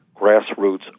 grassroots